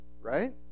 Right